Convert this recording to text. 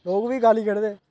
लोक बी गाली कड्ढदे